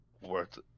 worth